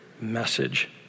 message